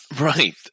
Right